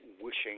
wishing